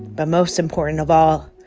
but most important of all,